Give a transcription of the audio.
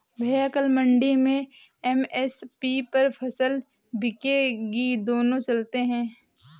भैया कल मंडी में एम.एस.पी पर फसल बिकेगी दोनों चलते हैं